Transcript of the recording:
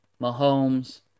mahomes